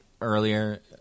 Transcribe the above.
earlier